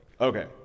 Okay